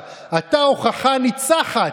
הם לא נתנו למדינה להלאים את מתחם הרשב"י.